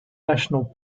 national